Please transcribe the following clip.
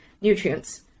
nutrients